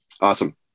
Awesome